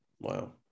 wow